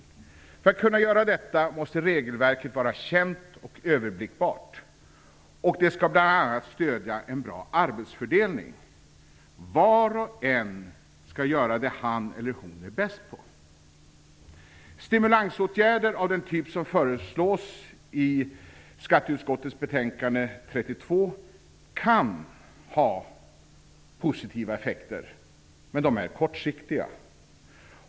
För att de skall kunna göra detta måste regelverket vara känt och överblickbart, och det skall bl.a. stödja en bra arbetsfördelning. Var och en skall göra det han eller hon är bäst på. Stimulansåtgärder av den typ som föreslås i skatteutskottets betänkande 32 kan ha positiva effekter, men de är kortsiktiga.